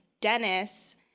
dennis